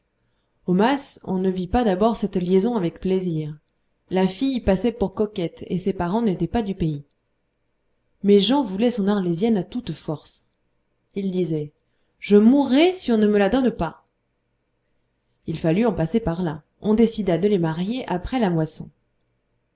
mas on ne vit pas d'abord cette liaison avec plaisir la fille passait pour coquette et ses parents n'étaient pas du pays mais jan voulait son arlésienne à toute force il disait je mourrai si on ne me la donne pas il fallut en passer par là on décida de les marier après la moisson